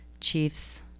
chief's